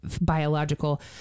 biological